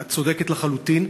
את צודקת לחלוטין.